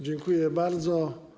Dziękuję bardzo.